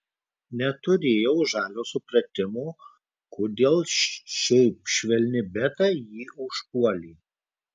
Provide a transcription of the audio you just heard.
neturėjau žalio supratimo kodėl šiaip švelni beta jį užpuolė